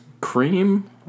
Cream